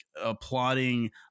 applauding